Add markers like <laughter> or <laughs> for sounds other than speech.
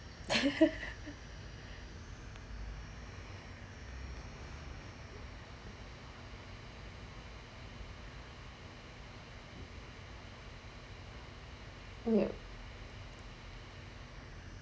<laughs> yup